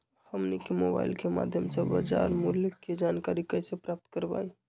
हमनी के मोबाइल के माध्यम से बाजार मूल्य के जानकारी कैसे प्राप्त करवाई?